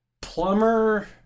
Plumber